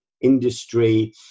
industry